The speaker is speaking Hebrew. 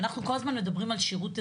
אנחנו כל הזמן מדברים על שירות אזרחי,